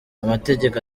amategeko